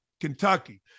Kentucky